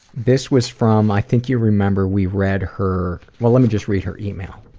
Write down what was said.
this was from i think you remember, we read her well, let me just read her email.